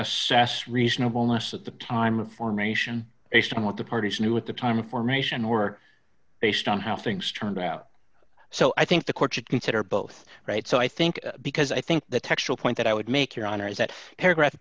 assess reasonableness at the time of formation based on what the parties knew at the time information were based on how things turned out so i think the court should consider both right so i think because i think the textural point that i would make your honor is that paragraph